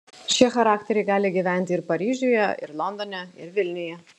šie charakteriai gali gyventi ir paryžiuje ir londone ir vilniuje